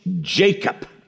Jacob